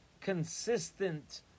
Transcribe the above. consistent